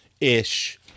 ish